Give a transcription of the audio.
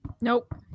Nope